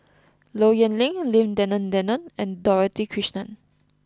Low Yen Ling Lim Denan Denon and Dorothy Krishnan